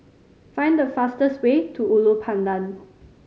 find the fastest way to Ulu Pandan